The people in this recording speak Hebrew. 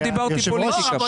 לא דיברתי פוליטיקה.